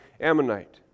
Ammonite